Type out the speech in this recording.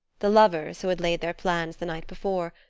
the lovers, who had laid their plans the night before,